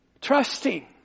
Trusting